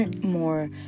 more